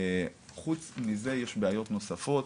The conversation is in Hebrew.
חוץ מזה יש בעיות נוספות,